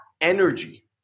energy –